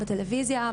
בטלויזיה.